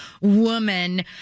woman